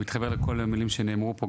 אני מתחבר לכל המילים שנאמרו פה,